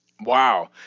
Wow